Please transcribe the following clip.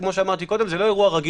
כמו שאמרתי קודם, זה לא אירוע רגיל.